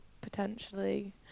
potentially